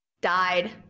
died